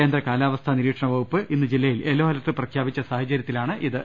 കേന്ദ്ര കാലാവസ്ഥാ നിരീക്ഷണ വകുപ്പ് ഇന്ന് ജില്ലയിൽ യെല്ലോ അലർട്ട് പ്രഖ്യാപിച്ച സാഹചര്യത്തിലാണിത്